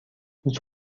هیچ